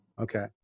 Okay